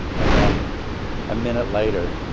and then a minute later,